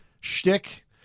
Shtick